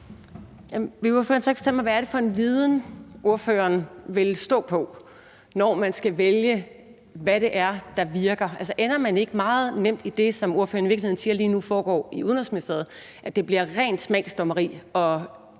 hvad det er for en viden, ordføreren vil stå på, når man skal vælge, hvad det er, der virker? Ender man ikke meget nemt i det, som ordføreren i virkeligheden siger lige nu foregår i Udenrigsministeriet, altså at det bliver rent smagsdommeri og